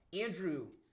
Andrew